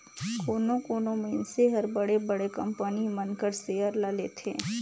कोनो कोनो मइनसे हर बड़े बड़े कंपनी मन कर सेयर ल लेथे